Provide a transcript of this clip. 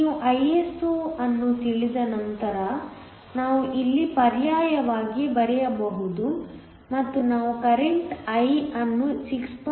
ನೀವು Iso ಅನ್ನು ತಿಳಿದ ನಂತರ ನಾವು ಇಲ್ಲಿ ಪರ್ಯಾಯವಾಗಿ ಬರೆಯಬಹುದು ಮತ್ತು ನಾವು ಕರೆಂಟ್ I ಅನ್ನು 6